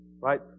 Right